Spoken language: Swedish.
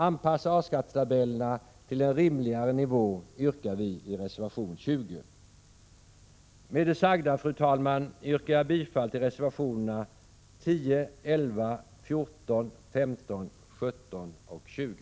Anpassa A-skattetabellerna till en rimligare nivå, yrkar vi i reservation 20. Fru talman! Med det sagda yrkar jag bifall till reservationerna 10, 11, 14, 15, 17 och 20.